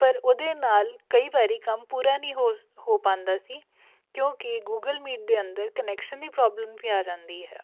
ਪਰ ਉਹਦੇ ਨਾਲ ਕਈ ਵਾਰੀ ਕੰਮ ਪੂਰਾ ਨਹੀਂ ਹੋ ਸ ਹੋ ਪਾਉਂਦਾ ਸੀ ਕਿਉਂਕਿ ਗੂਗਲ ਮੀਟ ਦੇ ਅੰਦਰ ਕਨੈਕਸ਼ਨ ਦੀ ਪ੍ਰੋਬਲਮ ਵੀ ਆ ਜਾਂਦੀ ਹੈ